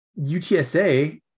UTSA